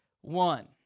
One